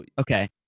Okay